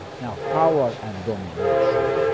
now power and domination.